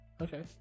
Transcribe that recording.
Okay